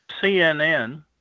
CNN